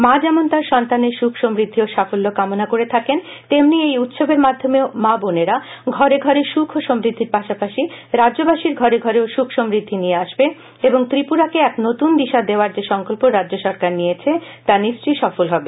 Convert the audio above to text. মা যেমন তার সন্তানের সুখ সমৃদ্ধি ও সাফল্য কামনা করে থাকেন তেমনি এই উৎসবের মাধ্যমেও মা বোনেরা ঘরে ঘরে সুখ ও সমৃদ্ধির পাশাপাশি রাজ্যবাসীর ঘরে ঘরেও সুখ ও সমৃদ্ধি নিয়ে আসবে এবং ত্রিপুরাকে এক নতুন দিশা দেওয়ার যে সংকল্প রাজ্য সরকার নিয়েছে তা নিশ্চয়ই সফল হবে